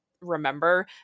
remember